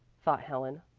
thought helen.